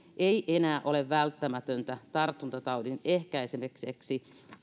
ei enää ole välttämätöntä tartuntataudin ehkäisemiseksi